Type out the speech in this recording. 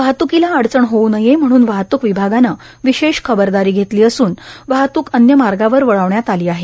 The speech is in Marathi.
वाहातूकीला अडचण होऊ नये म्हणून वाहतूक विभागानं विशेष खबरदारी घेतली असून वाहतूक अन्य मार्गावर वळविण्यात आली आहे